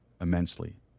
immensely